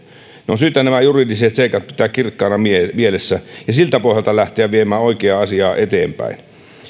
on syytä nämä juridiset seikat pitää kirkkaana mielessä mielessä ja siltä pohjalta lähteä viemään oikeaa asiaa eteenpäin